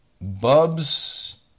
Bubs